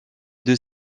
deux